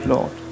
Lord